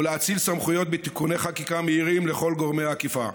להאציל סמכויות בתיקוני חקיקה מהירים לכל גורמי האכיפה,